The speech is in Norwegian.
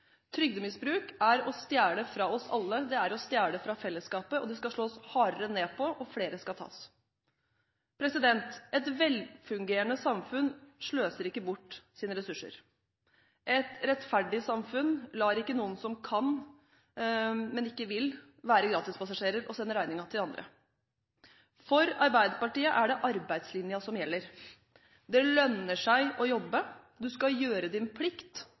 Trygdemisbruk er å stjele fra oss alle, det er å stjele fra fellesskapet. Det skal slås hardere ned på, og flere skal tas. Et velfungerende samfunn sløser ikke bort sine ressurser. Et rettferdig samfunn lar ikke noen som kan – men ikke vil – være gratispassasjerer, sende regningen til andre. For Arbeiderpartiet er det arbeidslinjen som gjelder. Det lønner seg å jobbe. Du skal gjøre din plikt,